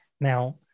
Now